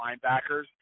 linebackers